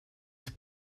ses